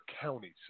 Counties